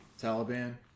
Taliban